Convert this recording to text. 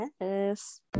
yes